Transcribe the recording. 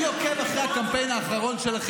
זה לא נכון להדביק מדבקות,